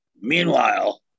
Meanwhile